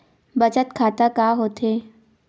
बचत खाता का होथे?